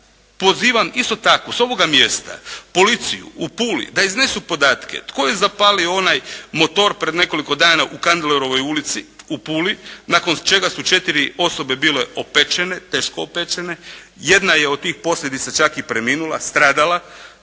pozivam isto tako s ovoga mjesta policiju u Puli da iznesu podatke tko je zapalio onaj motor pred nekoliko dana u Kandlerovoj ulici u Puli nakon čega su četiri osobe bile opečene, teško opečene. Jedna je od tih posljedica čak i preminula, stradala.